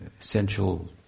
essential